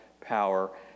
power